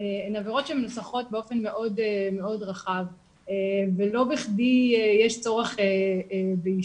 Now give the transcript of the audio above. הן עבירות שמנוסחות באופן מאוד רחב ולא בכדי יש צורך באישור,